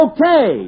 Okay